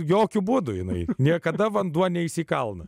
jokiu būdu jinai niekada vanduo neis į kalną